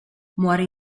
muore